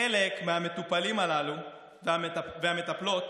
חלק מהמטפלים הללו והמטפלות